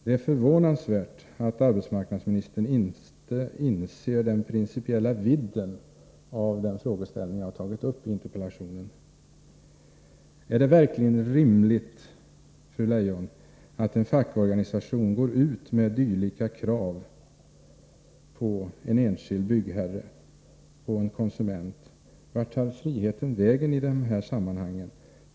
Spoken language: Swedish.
Det är förvånansvärt att arbetsmarknadsministern inte inser den principiella vidden av den frågeställning jag har tagit upp i min interpellation. Är det verkligen rimligt, fru Leijon, att en fackorganisation går ut med dylika krav på en enskild byggherre, på en konsument? Vart tar friheten vägen i detta sammanhang?